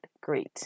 great